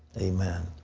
amen.